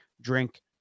drink